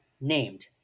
named